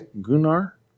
Gunnar